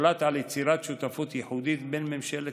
הוחלט על יצירת שותפות ייחודית בין ממשלת